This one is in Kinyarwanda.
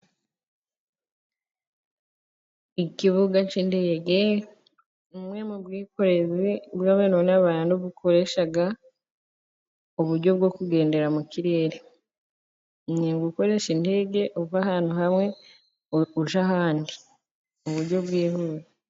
Ikibuga cy'indege, bumwe mu bwikorezi bw'ibintu n'abantu, bukoresha uburyo bwo kugendera mu kirere. Ni ugukoresha indege uva ahantu hamwe ujya ahandi mu buryo bwihuse.